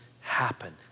happen